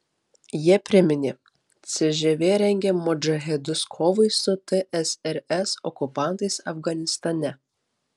jie priminė cžv rengė modžahedus kovai su tsrs okupantais afganistane